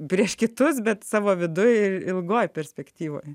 prieš kitus bet savo viduj ilgoje perspektyvoje